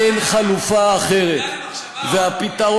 השר לוין, אתה צודק, אילת חייבת גלגל הצלה.